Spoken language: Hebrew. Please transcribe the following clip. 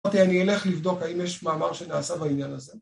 אמרתי אני אלך לבדוק האם יש מאמר שנעשה בעניין הזה